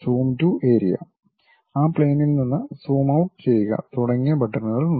zoom to area ആ പ്ലെയിനിൽ നിന്ന് സൂം ഔട്ട് ചെയ്യുക തുടങ്ങിയ ബട്ടണുകളുണ്ട്